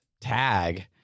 tag